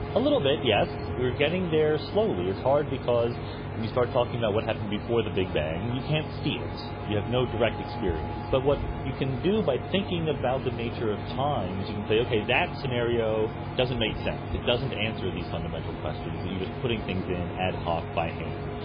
a little bit, yes, we're getting there slowly. it's hard because when you start talking about what happened before the big bang you can't see it, you have no direct experience. but what you can do by thinking about the nature of time is you can say, okay, that scenario doesn't make sense, it doesn't answer these fundamental questions, that you're just putting in ad hoc by hand.